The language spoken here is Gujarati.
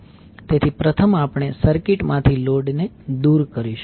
તેથી પ્રથમ આપણે સર્કિટ માંથી લોડ ને દૂર કરીશું